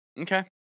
Okay